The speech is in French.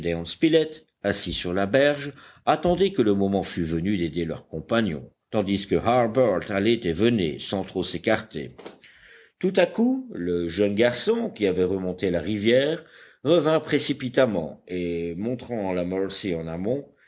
assis sur la berge attendaient que le moment fût venu d'aider leurs compagnons tandis que harbert allait et venait sans trop s'écarter tout à coup le jeune garçon qui avait remonté la rivière revint précipitamment et montrant la mercy en amont